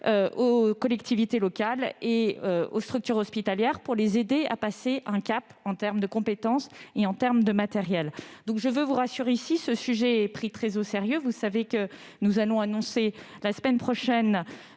aux collectivités locales et aux structures hospitalières, pour les aider à passer un cap en termes de compétences et de matériel. Je veux donc vous rassurer : ce sujet est pris très au sérieux. Nous annoncerons la semaine prochaine